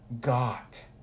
got